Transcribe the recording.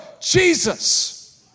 Jesus